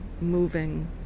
moving